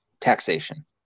taxation